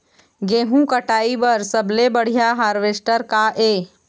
गेहूं कटाई बर सबले बढ़िया हारवेस्टर का ये?